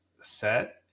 set